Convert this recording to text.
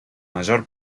mayor